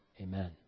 Amen